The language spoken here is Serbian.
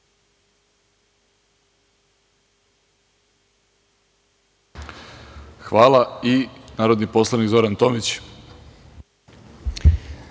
Hvala. Narodni poslanik Zoran Tomić